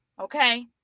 Okay